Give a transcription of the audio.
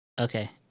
okay